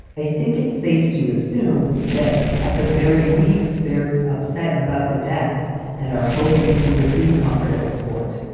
i think it's safe to assume that at the very least, they're upset about the death and are hoping to receive comfort and support.